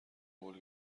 قول